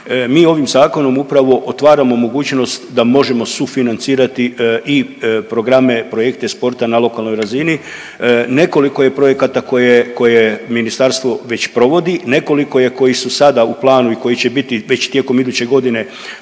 mi ovim zakonom upravo otvaramo mogućnost da možemo sufinancirati i programe projekte sporta na lokalnoj razini. Nekoliko je projekata koje ministarstvo već provodi, nekoliko je koji su sada u planu i koji će biti već tijekom iduće godine